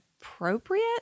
appropriate